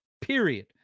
Period